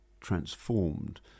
transformed